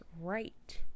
right